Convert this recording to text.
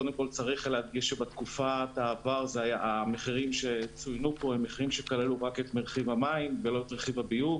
צריך להדגיש שבעבר המחירים כללו רק את רכיב המים ולא את רכיב הביוב,